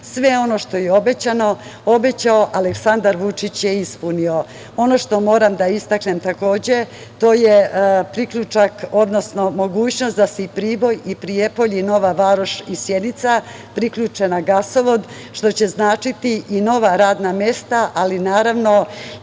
ono što je obećao Aleksandar Vučić, on je ispunio. Ono što moram da istaknem takođe, to je priljučak, odnosno mogućnost da se Priboj i Prijepolje i Nova Varoš, i Sjenica, priključe na gasovod, što će značiti i nova radna mesta, ali naravno